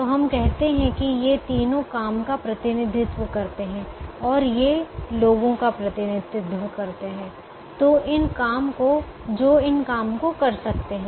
तो हम कहते है कि ये तीनों काम का प्रतिनिधित्व करते हैं और ये लोगों का प्रतिनिधित्व करते है जो इन काम को कर सकते हैं